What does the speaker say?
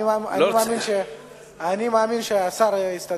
אני מאמין שהשר יסתדר.